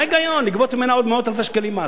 מה ההיגיון לגבות ממנה עוד מאות אלפי שקלים מס?